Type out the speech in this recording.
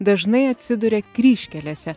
dažnai atsiduria kryžkelėse